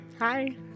Hi